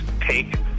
take